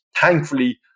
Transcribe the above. thankfully